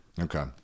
Okay